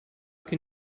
can